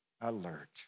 alert